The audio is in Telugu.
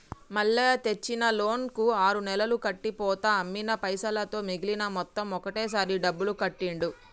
మల్లయ్య తెచ్చిన లోన్ కు ఆరు నెలలు కట్టి పోతా అమ్మిన పైసలతో మిగిలిన మొత్తం ఒకటే సారి డబ్బులు కట్టిండు